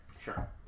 Sure